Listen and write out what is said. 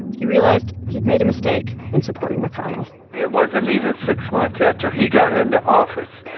he realized he'd made a mistake in supporting mcconnell it wasn't even six months after he got into office.